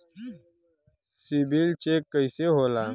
CIBIL check कइसे होला?